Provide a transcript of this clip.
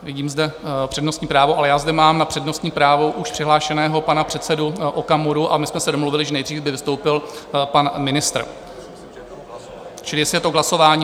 Vidím zde přednostní právo, ale mám zde na přednostní právo už přihlášeného pana předsedu Okamuru, a my jsme se domluvili, že nejdřív by vystoupil pan ministr, čili jestli je to pouze k hlasování?